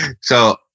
So-